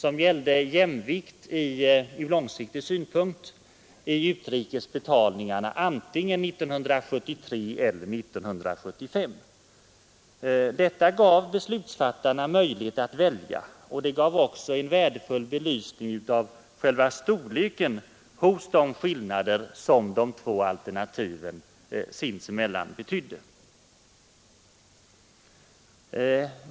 De avsåg jämvikt ur långsiktssynpunkt i de utrikes betalningarna antingen 1973 eller 1975 Detta gav beslutsfattarna möjlighet att välja, och det gav en värdefull belysning av själva storleken hos de skillnader som de två alternativen sinsemellan innebar.